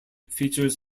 features